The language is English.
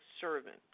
servant